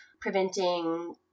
preventing